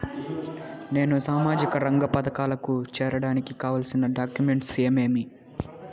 నేను సామాజిక రంగ పథకాలకు సేరడానికి కావాల్సిన డాక్యుమెంట్లు ఏమేమీ?